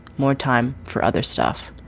more time for other stuff.